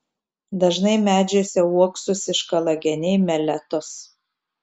dažnai medžiuose uoksus iškala geniai meletos